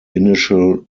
initial